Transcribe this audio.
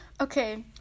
Okay